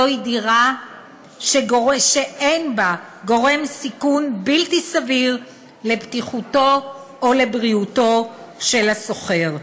זו דירה שאין בה גורם סיכון בלתי סביר לבטיחותו או לבריאותו של השוכר.